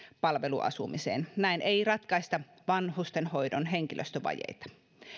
palveluasumiseen näin ei ratkaista vanhustenhoidon henkilöstövajeita